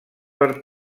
per